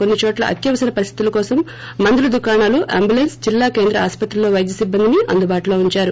కోన్సిచోట్ల అత్యవసర పరిస్టితుల కోసం మందుల దుకాణాలు అంబులెన్సు జిల్లా కేంద్ర ఆస్పత్రిలో పైద్య సిబ్బందిని అందుబాటులో ఉంచారు